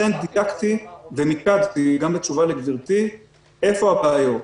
לכן דיקקתי ומיקדתי גם בתשובה לגברתי איפה הבעיות.